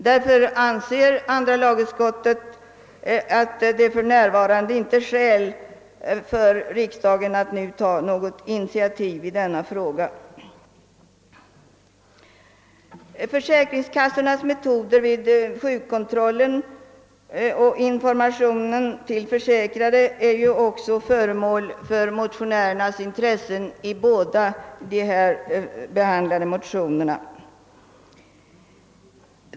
Därför anser utskottet att det för närvarande inte finns skäl för riksdagen att ta något ytterligare initiativ i frågan. Försäkringskassornas meoder vid sjukkontrollen och informationen till de försäkrade är också föremål för motionärernas intresse i de båda här behandlade motionerna.